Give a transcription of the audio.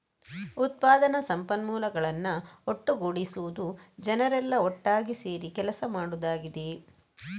ಉತ್ಪಾದನಾ ಸಂಪನ್ಮೂಲಗಳನ್ನ ಒಟ್ಟುಗೂಡಿಸುದು ಜನರೆಲ್ಲಾ ಒಟ್ಟಾಗಿ ಸೇರಿ ಕೆಲಸ ಮಾಡುದಾಗಿದೆ